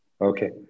Okay